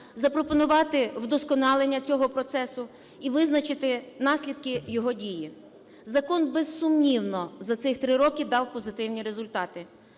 запропонувати вдосконалення цього процесу і визначити наслідки його дії. Закон, безсумнівно, за цих 3 роки дав позитивні результати.